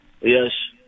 Yes